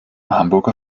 hamburger